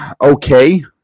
okay